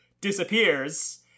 disappears